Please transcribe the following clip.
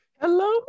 hello